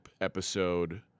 episode